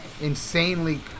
Insanely